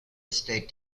estate